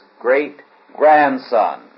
great-grandson